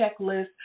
checklist